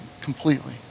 completely